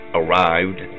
arrived